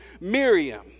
Miriam